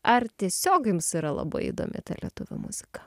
ar tiesiog jums yra labai įdomi ta lietuvių muzika